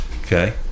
Okay